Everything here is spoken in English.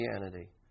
Christianity